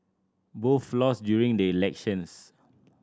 both lost during the elections